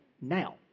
now